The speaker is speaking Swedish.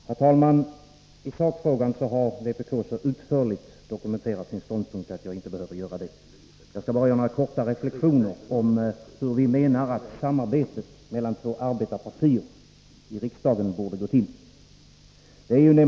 Herr talman! I sakfrågan har vpk så utförligt dokumenterat sin ståndpunkt att jag inte behöver göra det nu. Jag skall bara göra några korta reflexioner om hur vi anser att samarbetet mellan två arbetarpartier i riksdagen borde gå till.